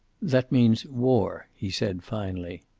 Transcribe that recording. that means war, he said finally.